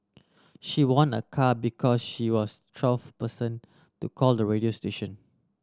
she won a car because she was twelfth person to call the radio station